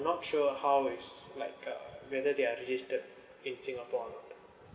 sure how is like uh whether they are registered in singapore or not